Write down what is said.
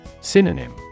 Synonym